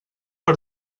per